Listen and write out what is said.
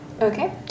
Okay